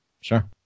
sure